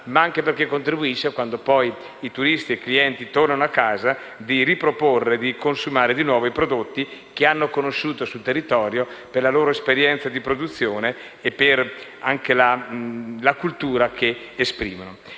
ma anche perché contribuisce, quando poi i turisti e i clienti tornano a casa, a riproporre e consumare ancora i prodotti che hanno conosciuto sul territorio, insieme alla loro esperienza di produzione e la cultura che esprimono.